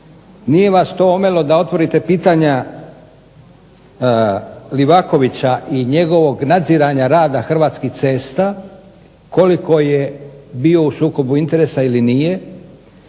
Nije vas to omelo da otvorite pitanja Livakovića i njegovog nadziranja rada Hrvatskih cesta koliko je bio u sukobu interesa ili nije.